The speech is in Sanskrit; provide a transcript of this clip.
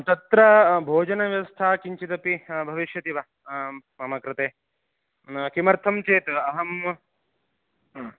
तत्र भोजनव्यवस्था किञ्चिदपि ह भविष्यति वा ह मम कृते किमर्थं चेत् अहम्